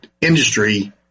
industry